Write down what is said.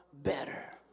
Better